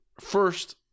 first